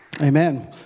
Amen